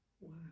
Wow